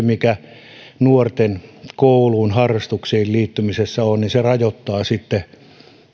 mikä nuorten kouluun menossa harrastuksiin liittymisessä on että se rajoittaa sitten